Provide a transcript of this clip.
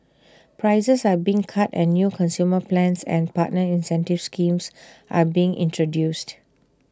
prices are being cut and new consumer plans and partner incentive schemes are being introduced